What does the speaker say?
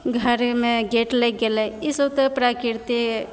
घरेमे गेट लगि गेलै ईसब तऽ प्रकृति